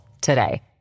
today